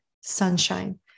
sunshine